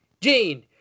Gene